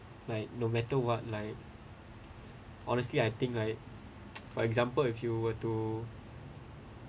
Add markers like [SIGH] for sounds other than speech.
like no matter what like honestly I think like [NOISE] for example if you were to